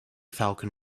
falcon